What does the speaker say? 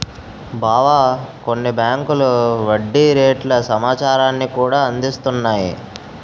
బావా కొన్ని బేంకులు వడ్డీ రేట్ల సమాచారాన్ని కూడా అందిస్తున్నాయి